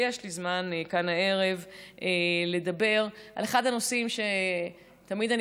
ויש לי זמן כאן הערב, אדבר על אחד הנושאים שתמיד אני